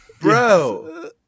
Bro